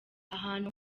ahantu